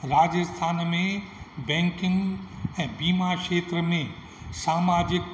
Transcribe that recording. राजस्थान में बैंकिंग ऐं बीमा क्षेत्र में सामाजिकु